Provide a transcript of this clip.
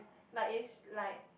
like is like